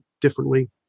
differently